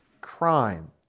crime